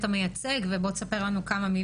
אני רוצה לשמוע את מי אתה מייצג ושתספר לנו בכמה מילים.